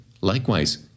likewise